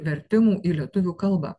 vertimų į lietuvių kalbą